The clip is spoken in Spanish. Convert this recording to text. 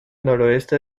noroeste